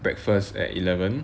breakfast at eleven